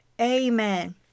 Amen